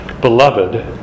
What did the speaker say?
Beloved